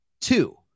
Two